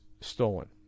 stolen